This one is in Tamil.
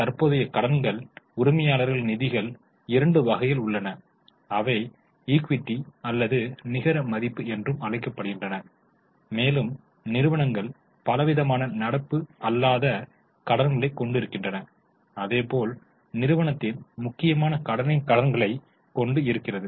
தற்போதைய கடன்கள் உரிமையாளர்கள் நிதிகள் இரண்டு வகைகள் உள்ளன அவை ஈக்விட்டி அல்லது நிகர மதிப்பு என்றும் அழைக்கப்படுகின்றன மேலும் நிறுவனங்கள் பலவிதமான நடப்பு அல்லாத கடன்களைக் கொண்டு இருக்கின்றன அதேபோல் நிறுவனத்தின் முக்கியமான கடனின் கடன்களைக் கொண்டு இருக்கிறது